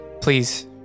Please